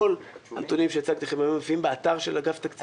כל הנתונים שהצגתי לכם היום מופיעים באתר של אגף התקציבים.